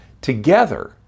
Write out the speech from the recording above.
Together